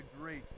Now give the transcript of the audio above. Great